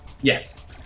Yes